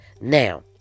Now